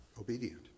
obedient